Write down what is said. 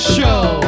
show